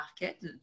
market